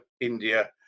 india